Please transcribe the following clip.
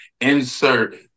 Insert